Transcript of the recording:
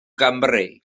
gymru